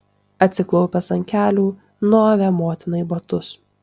atsiklaupęs ant kelių nuavė motinai batus